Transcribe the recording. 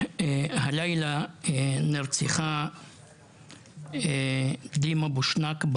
הלילה נרצחה דימא בושנאק.